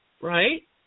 right